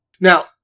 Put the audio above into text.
Now